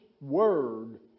word